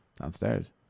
Downstairs